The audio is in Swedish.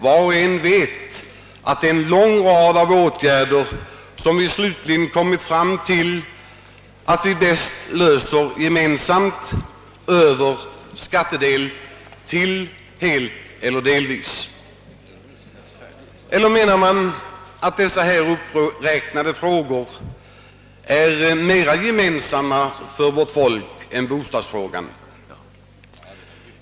Var och en vet att det är en lång rad av åtgärder som vi slutligen kommit fram till att vi bäst finansierar gemensamt skattevägen, helt eller delvis. Eller menar man att de nu uppräknade frågorna är mera gemensamma för vårt folk än bostadsfrågan?